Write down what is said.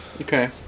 Okay